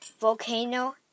volcano